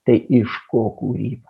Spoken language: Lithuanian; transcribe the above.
tai iš ko kūryba